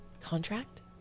Contract